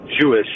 Jewish